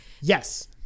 Yes